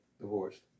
divorced